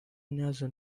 nyazo